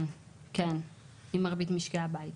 כן, עם מרבית משקי הבית.